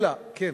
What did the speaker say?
אלא, כן.